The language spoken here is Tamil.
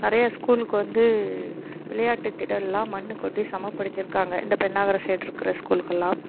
நிறைய ஸ்கூல்க்கு வந்து விளையாட்டு திடல்லாம் மண்ணு கொட்டி சமன்படுத்தி இருக்காங்க இந்த பெண்ணாவரம் சைட் இருக்கிற ஸ்கூல்க்கெல்லாம்